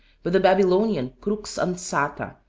but the babylonian crux ansata,